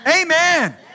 amen